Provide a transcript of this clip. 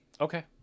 Okay